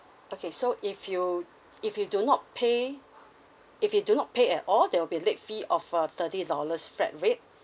okay so if you if you do not pay if you do not pay at all there will be a late fee of a thirty dollars flat rate